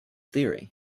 theory